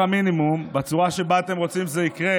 המינימום בצורה שבה אתם רוצים שזה יקרה,